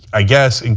i guess, and